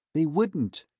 they wouldn't,